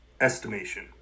estimation